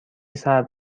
سرد